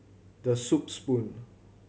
The Soup Spoon